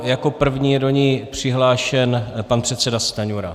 Jako první je do ní přihlášen pan předseda Stanjura.